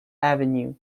avenue